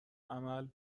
عمل